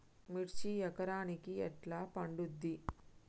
మిర్చి ఎకరానికి ఎట్లా పండుద్ధి?